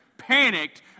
panicked